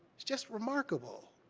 it's just remarkable.